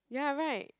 ya [right]